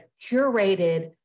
curated